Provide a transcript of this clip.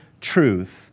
truth